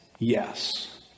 Yes